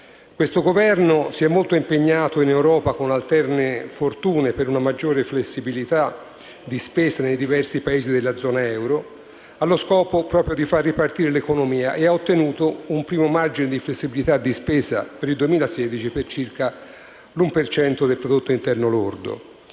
Questo Governo si è molto impegnato in Europa, con alterne fortune, per una maggiore flessibilità di spesa nei diversi Paesi della zona euro, allo scopo di far ripartire l'economia, e ha ottenuto un primo margine di flessibilità di spesa per il 2016 per circa l'uno per cento del prodotto interno lordo: